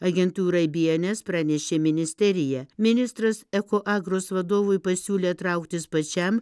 agentūrai by en es pranešė ministerija ministras ekoagros vadovui pasiūlė trauktis pačiam